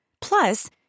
Plus